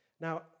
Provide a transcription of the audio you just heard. Now